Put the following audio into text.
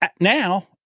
Now